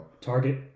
Target